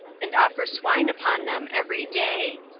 and offer swine upon them every day.